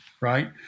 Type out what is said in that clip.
right